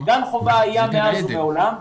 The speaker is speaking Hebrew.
גן חובה היה מאז ומעולם,